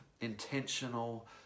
intentional